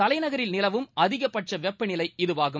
தலைநகரில் நிலவும் அதிகபட்ச வெப்பநிலை இதுவாகும்